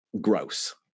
gross